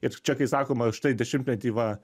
ir čia kai sakoma štai dešimtmetį va